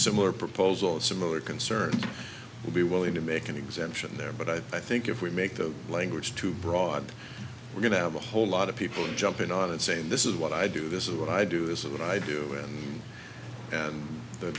similar proposal similar concerns will be willing to make an exemption there but i think if we make the language too broad we're going to have a whole lot of people jumping on it saying this is what i do this is what i do this is what i do and